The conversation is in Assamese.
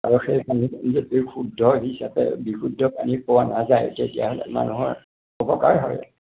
আৰু সেই পানীটো যদি শুদ্ধ হিচাপে বিশুদ্ধ পানী পোৱা নাযায় তেতিয়া হ'লে মানুহৰ অপকাৰ হয়